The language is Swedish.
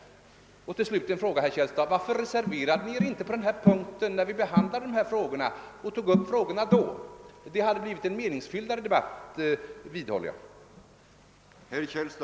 Till slut vill jag ställa en fråga till herr Källstad: Varför reserverade ni er inte på den här punkten då vi diskuterade ärendet förra gången? Jag vidhåller att debatten då skulle ha kunnat bli mer meningsfylld.